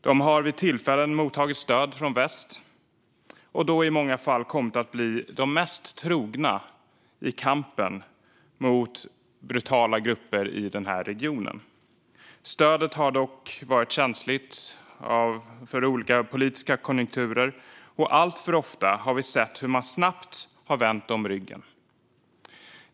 De har vid tillfällen mottagit stöd från väst och då i många fall kommit att bli de mest trogna i kampen mot brutala grupper i regionen. Stödet har dock varit känsligt för olika politiska konjunkturer, och alltför ofta har vi sett hur man snabbt har vänt dem ryggen.